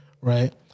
right